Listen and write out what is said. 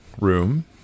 room